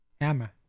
hammer